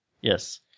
Yes